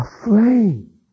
aflame